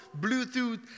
Bluetooth